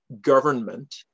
government